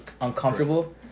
uncomfortable